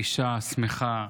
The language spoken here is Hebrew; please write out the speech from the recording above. אישה שמחה,